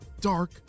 dark